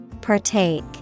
Partake